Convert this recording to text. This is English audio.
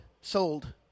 sold